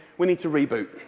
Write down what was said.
we need to reboot.